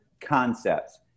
concepts